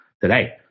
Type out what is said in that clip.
today